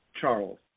Charles